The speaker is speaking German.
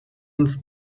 uns